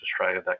Australia